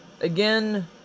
again